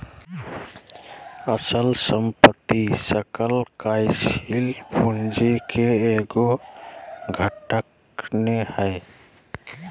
अचल संपत्ति सकल कार्यशील पूंजी के एगो घटक नै हइ